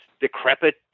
decrepit